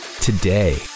today